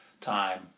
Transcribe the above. time